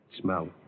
Smell